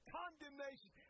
condemnation